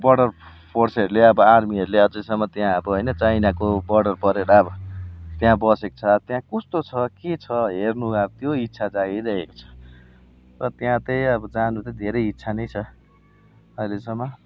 border फोर्सहरूले अब आर्मीहरूले अझैसम्म त्यहाँ अब होइन अब चाइनाको बोर्डर परेर अब त्यहाँ बसेको छ अब त्यहाँ कस्तो छ के छ हेर्नु अब त्यो इच्छा जागिराखेको छ र त्यहाँ चाहिँ जानु चाहिँ धेरै इच्छा नै छ अहिलेसम्म